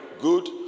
Good